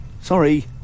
Sorry